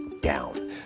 down